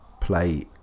play